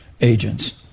agents